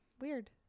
Weird